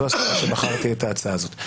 זו הסיבה שבחרתי את ההצעה הזאת.